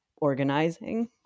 organizing